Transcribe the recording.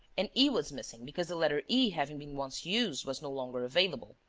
an e was missing, because the letter e, having been once used, was no longer available.